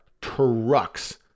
trucks